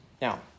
Now